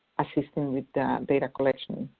assisting with the data collection,